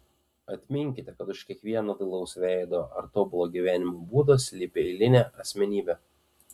atminkite kad už kiekvieno dailaus veido ar tobulo gyvenimo būdo slypi eilinė asmenybė